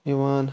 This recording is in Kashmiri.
یِوان